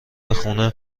خونه